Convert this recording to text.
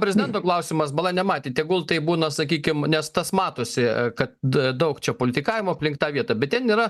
prezidento klausimas bala nematė tegul tai būna sakykim nes tas matosi kad daug čia politikavimo aplink tą vietą bet ten yra